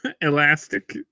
elastic